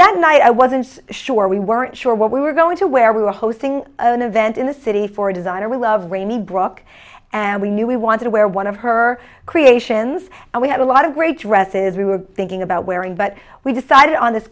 that night i wasn't sure we weren't sure what we were going to wear we were hosting an event in the city for designer we love rainy brook and we knew we wanted to wear one of her creations and we had a lot of great dresses we were thinking about wearing but we decided on this